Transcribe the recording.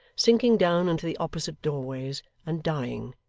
sinking down into the opposite doorways and dying,